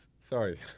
Sorry